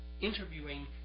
interviewing